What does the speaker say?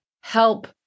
help